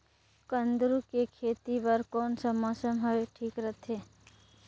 कुंदूरु के खेती बर कौन सा मौसम हवे ठीक रथे?